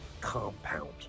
compound